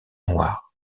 noires